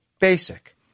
basic